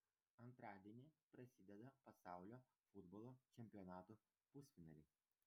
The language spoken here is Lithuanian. antradienį prasideda pasaulio futbolo čempionato pusfinaliai